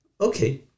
Okay